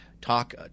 talk